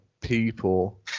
people